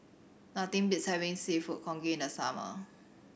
nothing beats having Seafood Congee in the summer